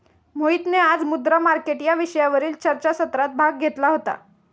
मोहितने आज मुद्रा मार्केट या विषयावरील चर्चासत्रात भाग घेतला होता